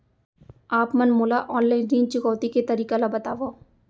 आप मन मोला ऑनलाइन ऋण चुकौती के तरीका ल बतावव?